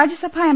Rajya Sabha M